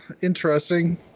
interesting